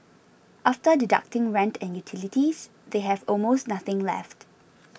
after deducting rent and utilities they have almost nothing left